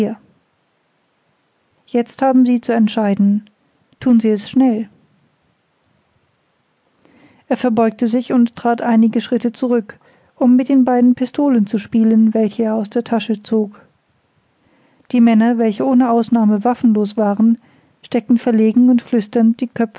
jetzt haben sie zu entscheiden thun sie es schnell er verbeugte sich und trat einige schritte zurück um mit den beiden pistolen zu spielen welche er aus der tasche zog die männer welche ohne ausnahme waffenlos waren steckten verlegen und flüsternd die köpfe